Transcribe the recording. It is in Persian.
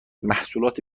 محصولات